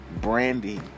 Brandy